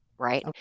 right